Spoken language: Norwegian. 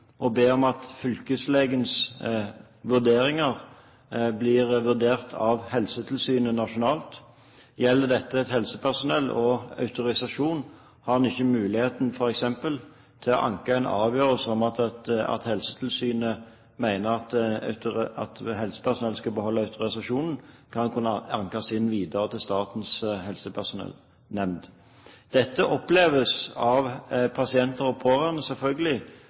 å be om at fylkeslegens vurderinger blir vurdert av Helsetilsynet nasjonalt. Gjelder dette helsepersonell og autorisasjon, har en f.eks. ikke mulighet til å anke en avgjørelse om at Helsetilsynet mener at de skal beholde autorisasjonen, videre inn for Statens helsepersonellnemnd. Dette oppleves selvfølgelig av pasienter og pårørende